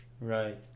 Right